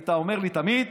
היית אומר לי תמיד.